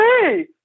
hey